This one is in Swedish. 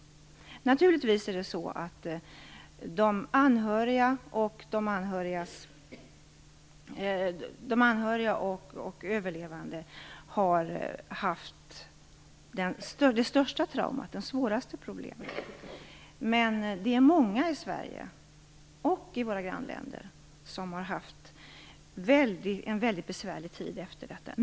Naturligtvis har de anhöriga och de överlevande genomgått det största traumat och de största problemen. Men det är många i Sverige och i våra grannländer som har haft en väldigt besvärlig tid efter det inträffade.